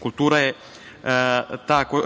kultura je ta koja